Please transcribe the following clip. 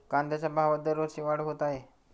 कांद्याच्या भावात दरवर्षी वाढ होत आहे